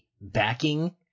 backing